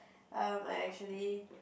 um I actually